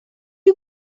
you